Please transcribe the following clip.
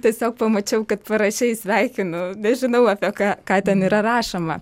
tiesiog pamačiau kad parašei sveikinu nežinau apie ką ką ten yra rašoma